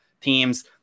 teams